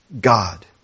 God